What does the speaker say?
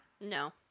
no